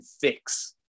fix